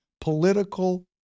political